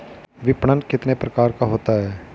विपणन कितने प्रकार का होता है?